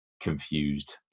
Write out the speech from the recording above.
confused